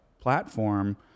platform